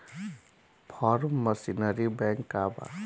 Form machinery bank का बा?